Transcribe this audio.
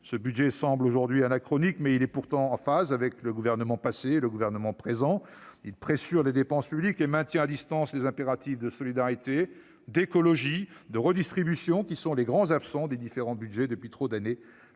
ce budget semble aujourd'hui anachronique. Il est pourtant en phase avec le gouvernement passé et le gouvernement présent. Il pressure les dépenses publiques et maintient à distance les impératifs de solidarité, d'écologie, de redistribution, qui, depuis trop longtemps, sont les grands absents des différents budgets. Néanmoins,